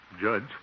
Judge